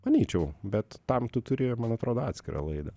manyčiau bet tam tu turi man atrodo atskirą laidą